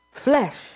Flesh